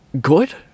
good